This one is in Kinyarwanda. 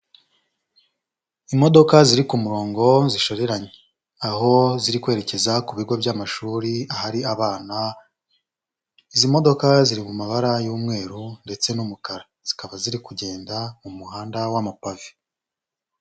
Imodoka ziri ku murongo zishoreranye, aho ziri kwerekeza ku bigo by'amashuri ahari abana, izi modoka ziri mu mabara y'umweru ndetse n'umukara, zikaba ziri kugenda mu muhanda w'amapave.